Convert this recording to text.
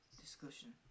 discussion